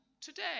today